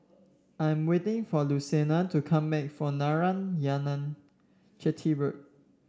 I am waiting for Luciana to come back from Narayanan Chetty Road